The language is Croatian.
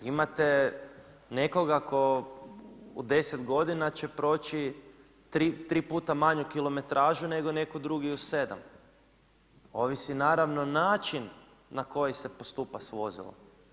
Imate nekoga tko u 10 godina će proći tri puta manju kilometražu nego netko drugi u 7. Ovisi naravno način na koji se postupa sa vozilom.